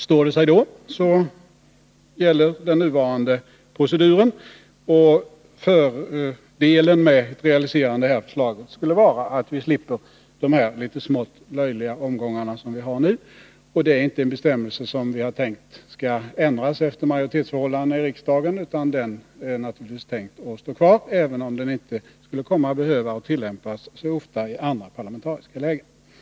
Står det sig då, gäller den nuvarande procedurordningen. Fördelen med ett realiserande av detta förslag skulle vara att vi 121 slipper de smått löjliga omgångar som vi har nu. Vi har alltså inte tänkt oss att denna bestämmelse skulle ändras efter majoritetsförhållandena i riksdagen, utan avsikten är naturligtvis att den skall behållas, även om den inte skulle behöva tillämpas så ofta i andra parlamentariska lägen än det nuvarande.